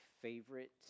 favorite